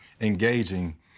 engaging